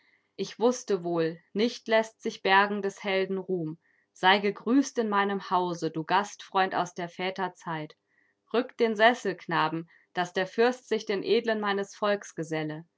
ich wußte wohl nicht läßt sich bergen des helden ruhm sei gegrüßt in meinem hause du gastfreund aus der väter zeit rückt den sessel knaben daß der fürst sich den edlen meines volks geselle